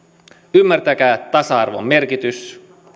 ymmärtäkää tasa arvon merkitys